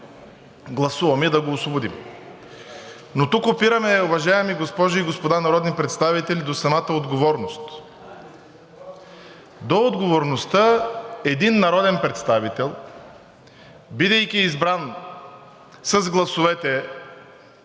гласуваме и да го освободим. Но тук опираме, уважаеми госпожи и господа народни представители, до самата отговорност. До отговорността един народен представител, бидейки избран с гласовете